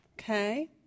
Okay